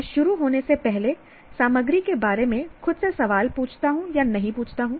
मैं शुरू होने से पहले सामग्री के बारे में खुद से सवाल पूछता नहीं पूछता हूं